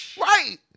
right